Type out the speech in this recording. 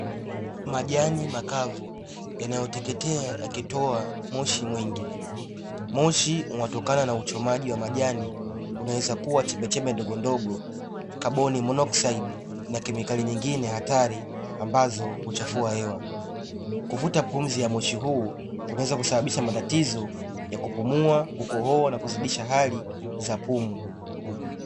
Majani makavu yanayoteketea yakitoa moshi mwingi. Moshi unatokana na uchomaji wa majani unaweza kuwa chembechembe ndogondogo kaboni monoxide na kemikali nyingine hatari ambazo huchafua hewa, kuvuta pumzi ya moshi huu unaweza kusababisha matatizo ya kupumua, kukohoa, na kuzidisha hali za pumu.